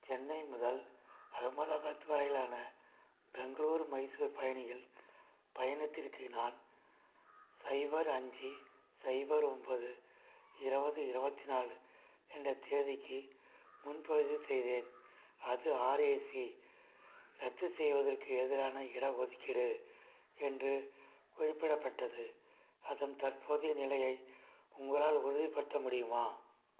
சென்னை முதல் அஹமதாபாத் வரையிலான பெங்களூர் மைசூர் பயணிகள் பயணத்திற்கு நான் சைபர் அஞ்சி சைபர் ஒம்பது இருவது இருவத்தி நாலு என்ற தேதிக்கு முன்பதிவு செய்தேன் அது ஆர்ஏசி ரத்து செய்வதற்கு எதிரான இட ஒதுக்கீடு என்று குறிப்பிடப்பட்டது அதன் தற்போதைய நிலையை உங்களால் உறுதிப்படுத்த முடியுமா